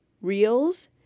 reels